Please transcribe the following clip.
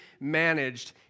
managed